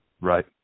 Right